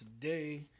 today